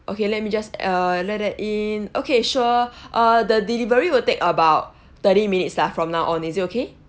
okay let me just uh let that in okay sure uh the delivery will take about thirty minutes lah from now on is it okay